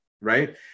right